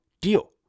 deal